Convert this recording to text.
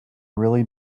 really